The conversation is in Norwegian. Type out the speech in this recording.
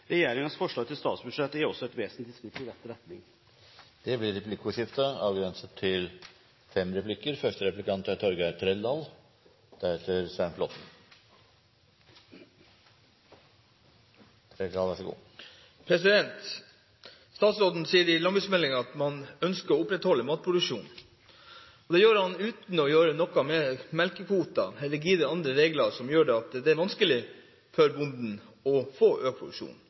forslag til statsbudsjett er også et vesentlig skritt i riktig retning. Det blir replikkordskifte. Statsråden sier i landbruksmeldingen at man ønsker å opprettholde matproduksjonen. Det gjør han uten at man gjør noe med melkekvoten eller andre rigide regler som gjør at det er vanskelig for bonden å få